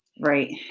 Right